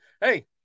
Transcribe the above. hey